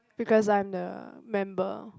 because I'm the member